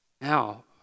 Now